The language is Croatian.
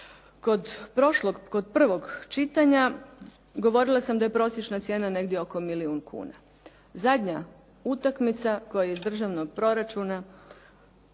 kod prvog čitanja govorila sam da je prosječna cijena negdje oko milijun kuna. zadnja utakmica koja je održana u